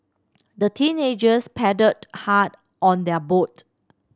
the teenagers paddled hard on their boat